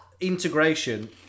integration